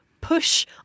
push